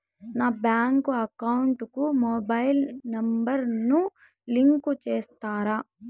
నా bank account కు mobile number ను లింకు చేస్తారా?